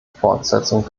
fortsetzung